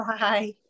Bye